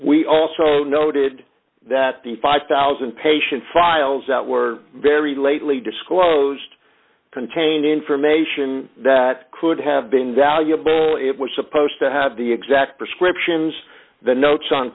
we also noted that the five thousand patient files that were very lately disclosed contained information that could have been valuable it was supposed to have the exact prescriptions the notes on